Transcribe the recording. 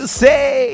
say